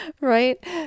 Right